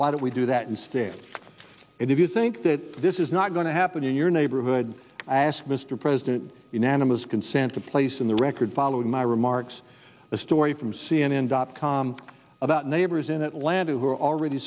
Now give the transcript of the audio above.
why don't we do that instead and if you think that this is not going to happen in your neighborhood i ask mr president in animas consent to place in the record following my remarks a story from c n n dot com about neighbors in atlanta who are already